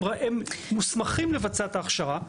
הם מוסמכים לבצע את ההכשרה,